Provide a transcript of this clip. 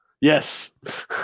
Yes